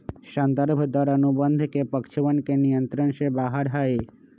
संदर्भ दर अनुबंध के पक्षवन के नियंत्रण से बाहर हई